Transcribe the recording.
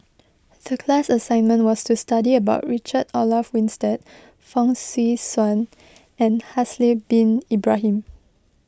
the class assignment was to study about Richard Olaf Winstedt Fong Swee Suan and Haslir Bin Ibrahim